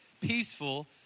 peaceful